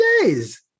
days